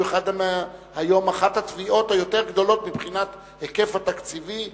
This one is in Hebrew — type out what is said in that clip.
שהוא היום אחת התביעות היותר גדולות מבחינת ההיקף התקציבי.